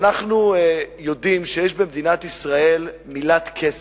אנחנו יודעים שיש במדינת ישראל מילת קסם,